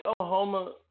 Oklahoma